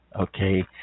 Okay